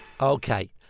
Okay